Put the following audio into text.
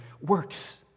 works